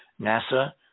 NASA